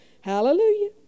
Hallelujah